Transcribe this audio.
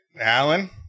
Alan